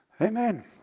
Amen